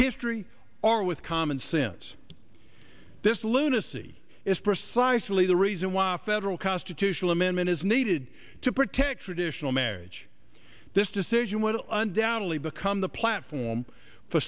history or with common sense this lunacy is precisely the reason why federal constitutional amendment is needed to protect traditional marriage this decision will undoubtedly become the platform for